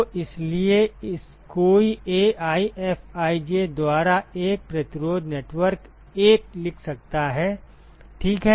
तो इसलिए कोई AiFij द्वारा एक प्रतिरोध नेटवर्क 1 लिख सकता है ठीक है